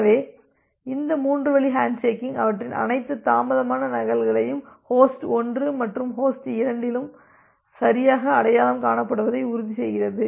எனவே இந்த மூன்று வழி ஹேண்ட்ஷேக்கிங் அவற்றின் அனைத்து தாமதமான நகல்களையும் ஹோஸ்ட் 1 மற்றும் ஹோஸ்ட் 2 இரண்டாலும் சரியாக அடையாளம் காணப்படுவதை உறுதி செய்கிறது